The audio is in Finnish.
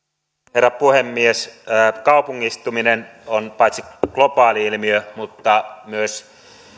herra puhemies kaupungistuminen on paitsi globaali ilmiö myös